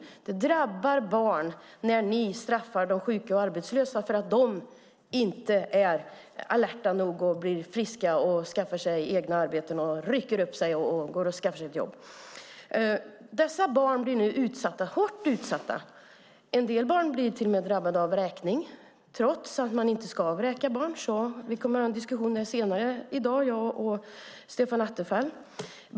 Det drabbar barn när ni straffar de sjuka och arbetslösa för att de inte är alerta nog att bli friska och skaffa sig egna arbeten, att rycka upp sig och gå och skaffa ett jobb. Dessa barn blir nu hårt utsatta. En del barn blir till och med drabbade av vräkning, trots att man inte ska vräka barn. Jag och Stefan Attefall kommer att ha en diskussion om det senare i dag.